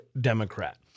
Democrat